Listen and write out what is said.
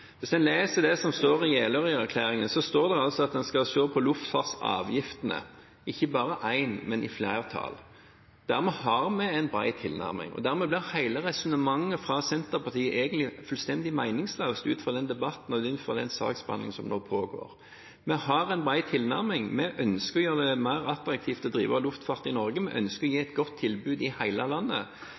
Hvis en leser det som står i Jeløya-erklæringen, står det altså at en skal se på luftfartsavgiftene – ikke bare én, men i flertall. Dermed har vi en bred tilnærming, og dermed blir hele resonnementet fra Senterpartiet egentlig fullstendig meningsløst ut fra den debatten og ut fra den saksbehandling som nå pågår. Vi har en bred tilnærming. Vi ønsker å gjøre det mer attraktivt å drive luftfart i Norge, vi ønsker å gi et godt tilbud i hele landet.